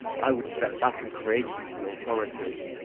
i would step back and create something authorative